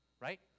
right